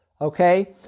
Okay